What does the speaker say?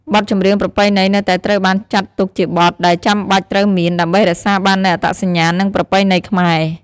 បទចម្រៀងប្រពៃណីនៅតែត្រូវបានចាត់ទុកជាបទដែលចាំបាច់ត្រូវមាន ដើម្បីរក្សាបាននូវអត្តសញ្ញាណ និងប្រពៃណីខ្មែរ។